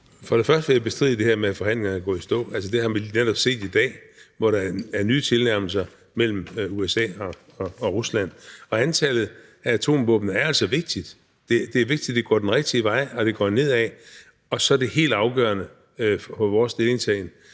og fremmest vil jeg bestride det her med, at forhandlingerne er gået i stå. Vi har netop set i dag, at der er nye tilnærmelser mellem USA og Rusland. Og antallet af atomvåben er altså vigtigt. Det er vigtigt, at det går den rigtige vej, at antallet går ned, og så er det helt afgørende for vores